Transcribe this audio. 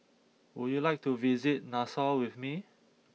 would you like to visit Nassau with me